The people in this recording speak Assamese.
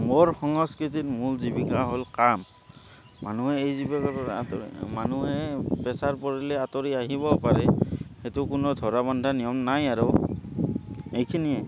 মোৰ সংস্কৃতিত মূল জীৱিকা হ'ল কাম মানুহে এই জীৱিকাটো আঁতৰি মানুহে প্ৰেচাৰ পৰিলে আঁতৰি আহিব পাৰে সেইটো কোনো ধৰা বন্ধা নিয়ম নাই আৰু এইখিনিয়ে